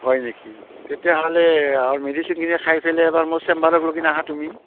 হয় নেকি তেতিয়াহ'লে আৰু মেডিচিনখিনি খাই পেলাই এবাৰ মোৰ চেম্বাৰকলকেন আহা তুমি